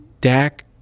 Dak